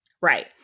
Right